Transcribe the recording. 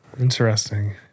Interesting